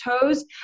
toes